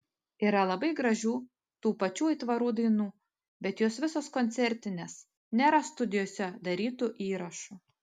yra labai gražių tų pačių aitvarų dainų bet jos visos koncertinės nėra studijose darytų įrašų